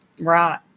right